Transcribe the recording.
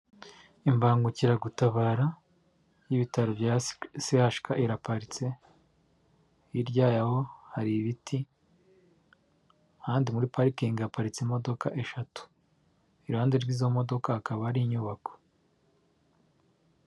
Imbangukiragutabara y'ibitaro sehashika iraparitse, hirya yaho hari ibiti ahandi muri parikingi haparitse imodoka eshatu, iruhande rw'izo modokakaba hari inyubako.